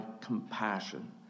compassion